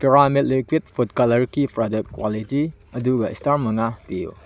ꯄꯨꯔꯥꯃꯤꯠ liquid food ꯀꯂ꯭ꯔꯀꯤ product quality ꯑꯗꯨꯗ star ꯃꯉꯥ ꯄꯤꯌꯨ